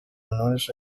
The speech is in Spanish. honores